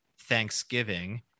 Thanksgiving